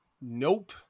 nope